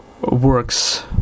works